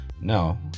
no